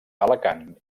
alacant